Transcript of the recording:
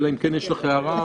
אלא אם כן יש לך הערה,